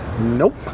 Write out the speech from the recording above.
Nope